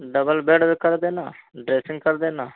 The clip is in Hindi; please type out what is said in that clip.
डबल बेड कर देना ड्रेसिंग कर देना